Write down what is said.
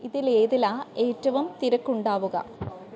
ഇതിൽ ഏതിലാ ഏറ്റവും തിരക്ക് ഉണ്ടാവുക